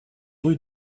rue